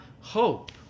hope